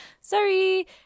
Sorry